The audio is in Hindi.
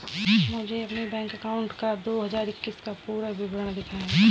मुझे अपने बैंक अकाउंट का दो हज़ार इक्कीस का पूरा विवरण दिखाएँ?